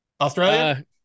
Australia